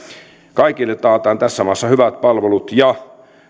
kaikille taataan tässä maassa hyvät palvelut ja